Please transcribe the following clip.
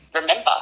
remember